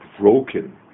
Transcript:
broken